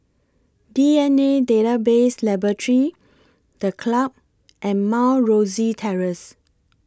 D N A Database Laboratory The Club and Mount Rosie Terrace